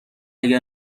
اگر